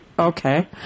Okay